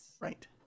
Right